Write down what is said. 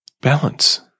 Balance